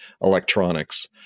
electronics